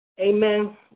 Amen